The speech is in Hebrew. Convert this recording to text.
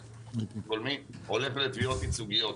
--- הולך לתביעות ייצוגיות.